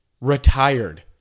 retired